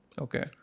Okay